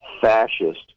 fascist